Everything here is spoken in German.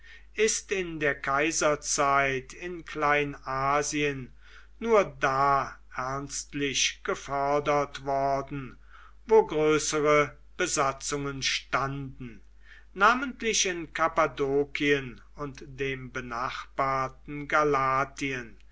ist in der kaiserzeit in kleinasien nur da ernstlich gefördert worden wo größere besatzungen standen namentlich in kappadokien und dem benachbarten